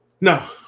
No